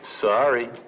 Sorry